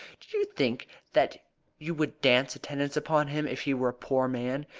do you think that you would dance attendance upon him if he were a poor man?